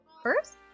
First